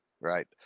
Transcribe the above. right